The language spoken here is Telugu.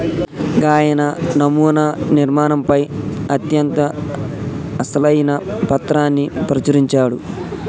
గాయన నమునా నిర్మాణంపై అత్యంత అసలైన పత్రాన్ని ప్రచురించాడు